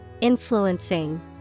influencing